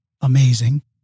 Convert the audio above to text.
amazing